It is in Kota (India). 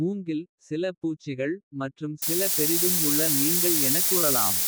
மூங்கில் சில பூச்சிகள் மற்றும் சில பெரிதும் உள்ள. மீன்கள் எனக் கூறலாம்